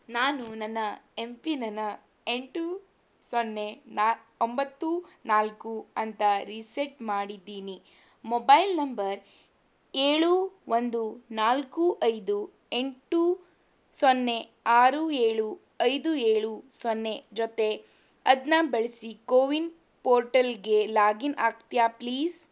ನಾನು ನನ್ನ ಎಮ್ ಪಿನ್ನನ್ನ ಎಂಟು ಸೊನ್ನೆ ನ ಒಂಬತ್ತು ನಾಲ್ಕು ಅಂತ ರೀಸೆಟ್ ಮಾಡಿದ್ದೀನಿ ಮೊಬೈಲ್ ನಂಬರ್ ಏಳು ಒಂದು ನಾಲ್ಕು ಐದು ಎಂಟು ಸೊನ್ನೆ ಆರು ಏಳು ಐದು ಏಳು ಸೊನ್ನೆ ಜೊತೆ ಅದನ್ನ ಬಳಸಿ ಕೋವಿನ್ ಪೋರ್ಟಲ್ಗೆ ಲಾಗಿನ್ ಆಗ್ತೀಯಾ ಪ್ಲೀಸ್